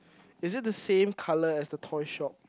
is it the same colour as the toy shop